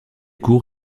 cour